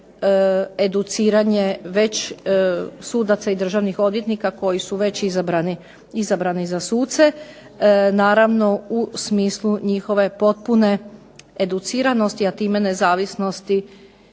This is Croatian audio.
i educiranje već sudaca i državnih odvjetnika koji su već izabrani za suce, naravno u smislu njihove potpune educiranosti, a time nezavisnosti